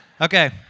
Okay